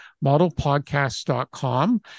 modelpodcast.com